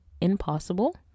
impossible